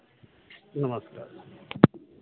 नमस्कार